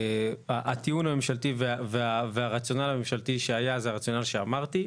הטיעון הממשלתי והרציונל הממשלתי שהיה זה הרציונל שאמרתי.